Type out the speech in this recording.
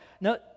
No